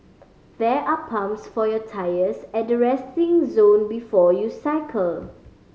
there are pumps for your tyres at the resting zone before you cycle